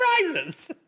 surprises